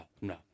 no